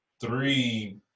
three